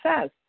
says